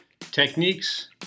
techniques